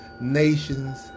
nations